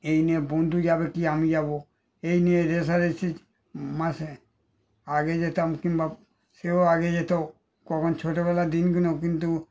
এই নিয়ে বন্ধু যাবে কি আমি যাব এই নিয়ে রেষারেষি মাসে আগে যেতাম কিংবা সেও আগে যেত কখন ছোটবেলার দিনগুলো কিন্তু